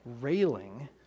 railing